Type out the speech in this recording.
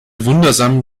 wundersamen